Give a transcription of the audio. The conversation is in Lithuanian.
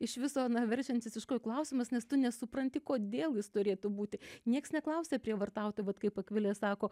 iš viso na verčiantis iš kojų klausimas nes tu nesupranti kodėl jis turėtų būti nieks neklausė prievartautojo vat kaip akvilė sako